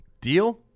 deal